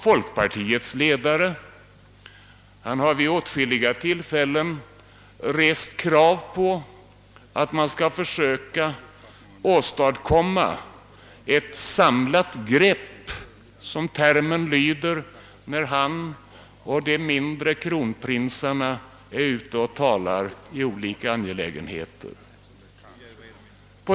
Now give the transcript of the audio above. Folkpartiets ledare har vid flera tillfällen rest krav på att man skall försöka åstadkomma ett samlat grepp — som termen lyder — när han och de mindre kronprinsarna är ute och talar i olika angelägenheter.